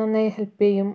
നന്നായി ഹെൽപ്പ് ചെയ്യും